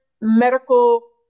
medical